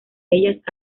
ellas